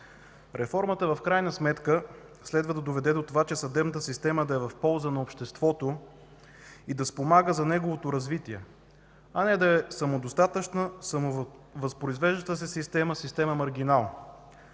Реформата в крайна сметка следва да доведе до това, че съдебната система да е в полза на обществото и да спомага за неговото развитие, а не да е самодостатъчна, самовъзпроизвеждаща се система, система маргинал.